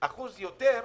אחוז יותר גבוה,